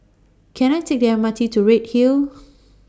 Can I Take The M R T to Redhill